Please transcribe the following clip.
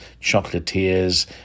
chocolatiers